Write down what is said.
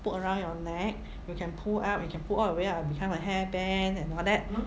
put around your neck you can pull up you can pull all the way up and become a hair band and all that